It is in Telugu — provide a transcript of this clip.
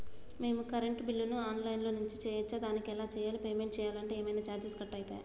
మేము కరెంటు బిల్లును ఆన్ లైన్ నుంచి చేయచ్చా? దానికి ఎలా చేయాలి? పేమెంట్ చేయాలంటే ఏమైనా చార్జెస్ కట్ అయితయా?